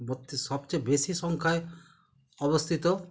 ভর্তি সবচেয়ে বেশি সংখ্যায় অবস্থিত